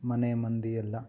ಮನೆ ಮಂದಿಯೆಲ್ಲ